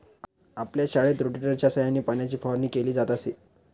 आपल्या शाळेत रोटेटरच्या सहाय्याने पाण्याची फवारणी केली जात असे